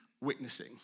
witnessing